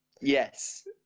Yes